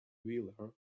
wheeler